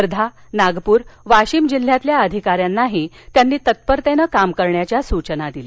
वर्धा नागपूर वाशीम जिल्ह्यातील अधिकाऱ्यानाही त्यांनी तत्परतेनं काम करण्याच्या सूचना दिल्या